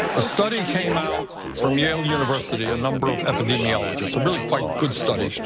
a study came out from yale university, a number of epidemiologists, a really quite good study.